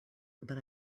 but